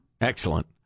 Excellent